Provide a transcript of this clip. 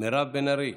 מירב בן ארי,